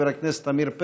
חבר הכנסת עמיר פרץ,